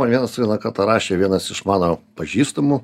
man vienas vieną kartą rašė vienas iš mano pažįstamų